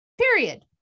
period